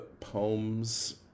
poems